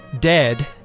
dead